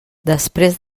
després